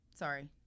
Sorry